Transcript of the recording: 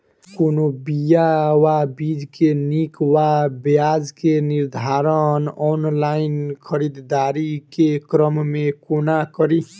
कोनों बीया वा बीज केँ नीक वा बेजाय केँ निर्धारण ऑनलाइन खरीददारी केँ क्रम मे कोना कड़ी?